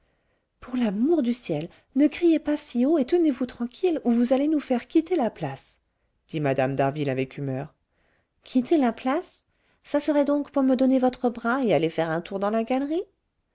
pour l'amour du ciel m de lucenay ne criez pas si haut et tenez-vous tranquille ou vous allez nous faire quitter la place dit mme d'harville avec humeur quitter la place ça serait donc pour me donner votre bras et aller faire un tour dans la galerie